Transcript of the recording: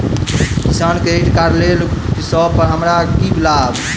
किसान credit card लेला सऽ हमरा की लाभ?